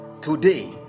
Today